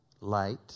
light